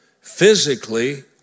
physically